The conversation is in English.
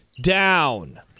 down